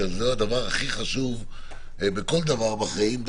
שזה הדבר הכי חשוב בכל דבר בחיים,